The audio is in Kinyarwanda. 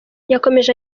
yakomeje